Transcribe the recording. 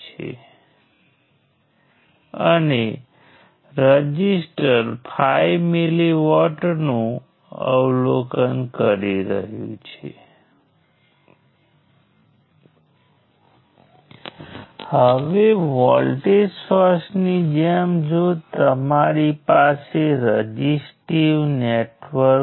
તેથી હવે આગળ શું છે તેથી હવે આગળ શું આવી રહ્યું છે તે ખૂબ સ્પષ્ટ હોવું જોઈએ જો મારી પાસે ટ્રી હોય તો મારી પાસે સર્કિટના દરેક નોડને જોડતી બ્રાન્ચીઝ છે અને હજી સુધી કોઈ લૂપ નથી